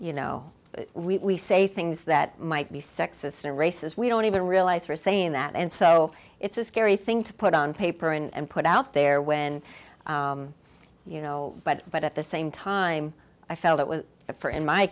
you know we say things that might be sexist and racist we don't even realize we're saying that and so it's a scary thing to put on paper and put out there when you know but but at the same time i felt it was for in my